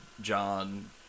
john